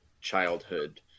childhood